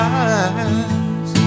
eyes